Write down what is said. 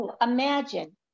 Imagine